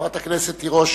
חברת הכנסת תירוש